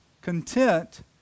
content